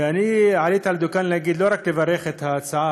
ואני עליתי על הדוכן לא רק לברך על ההצעה